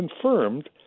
confirmed